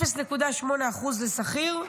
0.8% לשכיר.